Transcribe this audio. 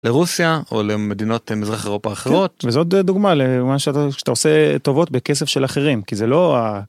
לרוסיה או למדינות מזרח אירופה אחרות, וזאת דוגמה שאתה עושה טובות בכסף של אחרים כי זה לא ה...